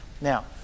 Now